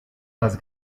las